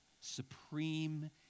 supreme